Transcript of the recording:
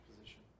position